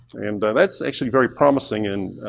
and that's actually very promising in